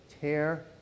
tear